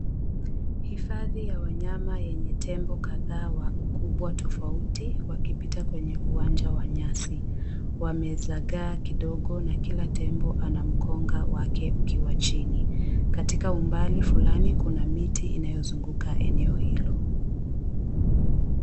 Hifadhi ya wanyama yenye tembo kadhaa wakubwa tofauti wakipita kwenye uwanja wa nyasi, wamezagaa kidogo na kila tembo anamkonga wake ukiwa chini katika umbali fulani kuna mti inayozunguka eneo hilo.